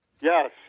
Yes